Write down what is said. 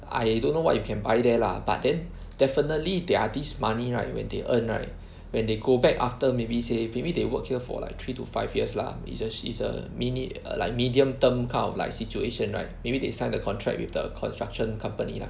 I don't know what you can buy there lah but then definitely there are these money right when they earn right when they go back after maybe say maybe they work here for like three to five years lah is just is a mini or like medium term kind of like situation right maybe they sign the contract with the construction company lah